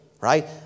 right